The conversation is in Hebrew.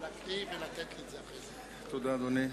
תודה, אדוני.